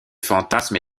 fantasme